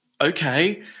okay